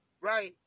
Right